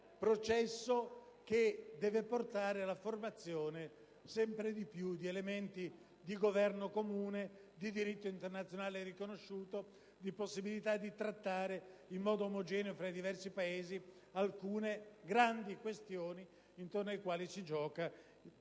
processo che deve portare alla formazione di elementi di governo comune, di diritto internazionale riconosciuto, di possibilità di trattare sempre più in modo omogeneo tra i diversi Paesi alcune grandi questioni attorno alle quali si gioca il livello